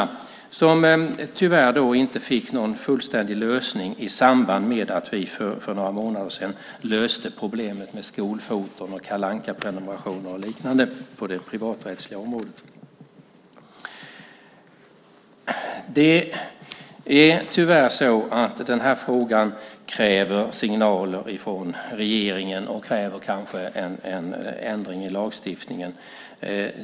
De fick tyvärr inte någon fullständig lösning i samband med att vi för några månader sedan löste problemet med skolfoton, Kalle Anka-prenumerationer och liknande på det privaträttsliga området. Den här frågan kräver signaler från regeringen och kräver kanske en ändring i lagstiftningen.